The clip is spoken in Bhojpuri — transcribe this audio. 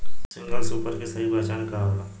सिंगल सूपर के सही पहचान का होला?